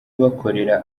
bakorera